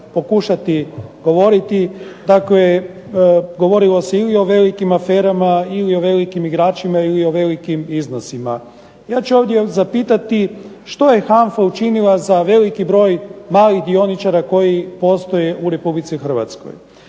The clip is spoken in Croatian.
pokušati govoriti, dakle govorilo se ili o velikim aferama ili o velikim igračima ili o velikim iznosima. Ja ću ovdje zapitati što je HANFA učinila za veliki broj malih dioničara koji postoje u Republici Hrvatskoj.